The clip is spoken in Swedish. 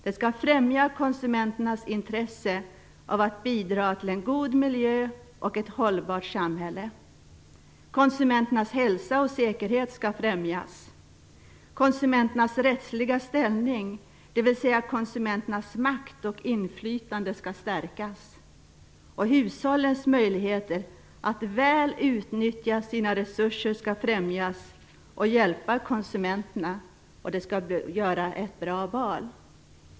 Det skall främja konsumenternas intresse av att bidra till en god miljö och ett hållbart samhälle. Konsumenternas hälsa och säkerhet skall också främjas. Konsumenternas rättsliga ställning, dvs. konsumenternas makt och inflytande, skall stärkas. Hushållens möjligheter att väl utnyttja sina resurser skall främjas, och konsumenterna skall hjälpas till ett bra val.